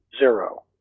zero